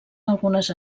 algunes